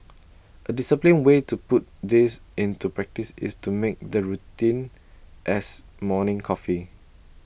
A disciplined way to put this into practice is to make the routine as morning coffee